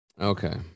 Okay